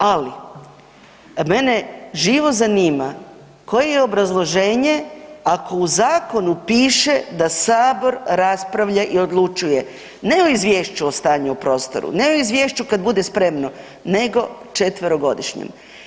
Ali mene živo zanima koje je obrazloženje ako u zakonu piše da Sabor raspravlja i odlučuje, ne o izvješću o stanju o prostoru, ne o izvješću kad bude spremno nego četverogodišnjem?